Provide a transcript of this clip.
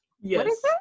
yes